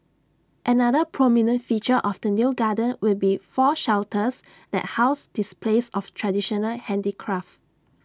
another prominent feature of the new garden will be four shelters that house displays of traditional handicraft